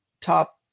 top